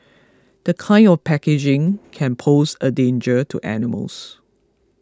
the kind of packaging can pose a danger to animals